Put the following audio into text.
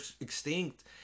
extinct